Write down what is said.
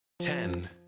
Ten